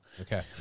Okay